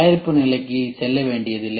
தயாரிப்பு நிலைக்கு செல்ல வேண்டியதில்லை